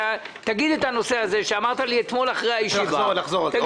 תגיד את הנושא שאמרת לי אתמול אחרי הישיבה, שאתה